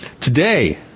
Today